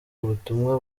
ubutumwa